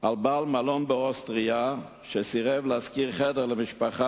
על בעל מלון באוסטריה שסירב להשכיר חדר למשפחה